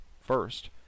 First